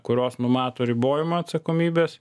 kurios numato ribojimą atsakomybės